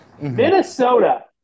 Minnesota